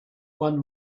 one